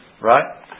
right